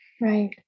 Right